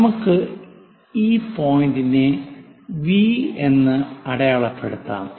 നമുക്ക് ഈ പോയിന്റിനെ V എന്ന് അടയാളപ്പെടുത്താം